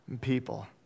people